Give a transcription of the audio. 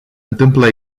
întâmplă